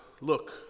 look